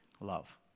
love